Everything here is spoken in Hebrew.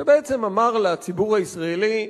שבעצם אמר לציבור הישראלי,